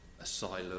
asylum